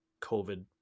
covid